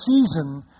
season